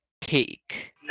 cake